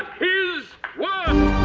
his word